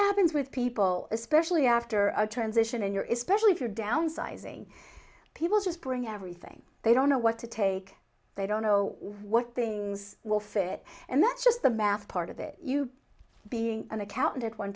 happens with people especially after turns asian in your is specially if you're downsizing people just bring everything they don't know what to take they don't know what things will fit and that's just the math part of it you being an accountant at one